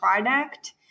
product